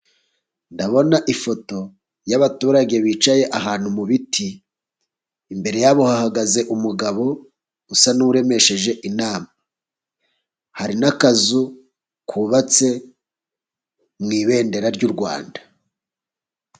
Ndabona ifoto y'abaturage bicaye ahantu mu biti, imbere yabo hahagaze umugabo usa n'uremesheje inama. Hari n'akazu kubatse mu ibendera ry'u Rwanda.